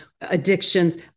addictions